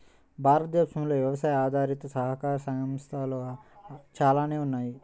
భారతదేశంలో వ్యవసాయ ఆధారిత సహకార సంస్థలు చాలానే ఉన్నాయి